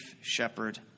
shepherd